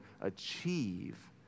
achieve